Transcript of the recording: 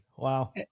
Wow